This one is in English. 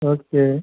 okay